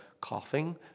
coughing